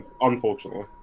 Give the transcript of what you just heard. Unfortunately